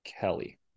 Kelly